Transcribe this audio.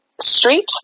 Street